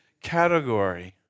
category